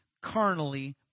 carnally